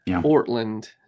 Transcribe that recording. Portland